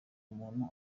umuntu